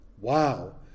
wow